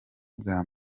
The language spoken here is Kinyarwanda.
bwa